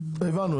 הבנו,